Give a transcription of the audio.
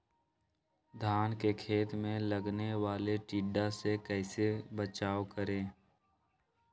धान के खेत मे लगने वाले टिड्डा से कैसे बचाओ करें?